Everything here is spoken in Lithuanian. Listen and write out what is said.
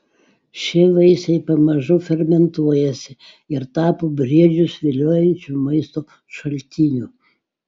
šie vaisiai pamažu fermentuojasi ir tapo briedžius viliojančiu maisto šaltiniu